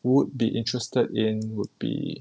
would be interested in would be